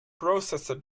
processor